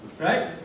right